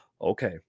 okay